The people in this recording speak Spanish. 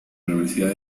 universidad